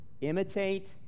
imitate